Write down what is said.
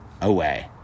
away